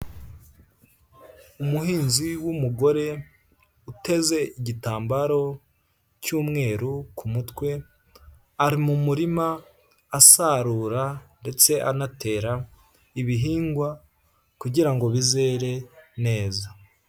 Umuhinzi w'umugore uteze igitambaro cy'umweru ku mutwe ari mu murima asarura ndetse anatera ibihingwa kugira ngo bizere neza.